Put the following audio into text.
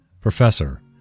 Professor